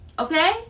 Okay